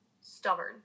stubborn